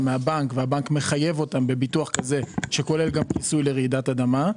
מהבנק שמחייב אותם בביטוח שכולל גם כיסוי לרעידת אדמה.